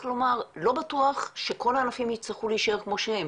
לא בטוח שכל הענפים יצטרכו להישאר כמו שהם.